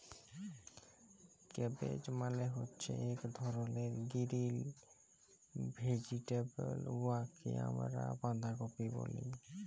cabbage মালে হছে ইক ধরলের গিরিল ভেজিটেবল উয়াকে আমরা বাঁধাকফি ব্যলি